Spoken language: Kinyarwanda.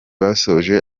basoje